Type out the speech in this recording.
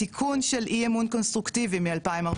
התיקון של אי אמון קונסטרוקטיבי מ- 2014,